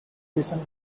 decent